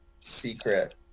secret